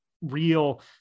real